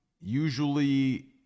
usually